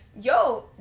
Yo